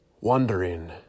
wondering